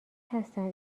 هستن